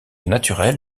naturel